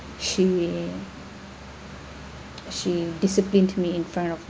she she disciplined me in front of